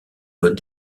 modes